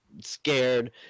scared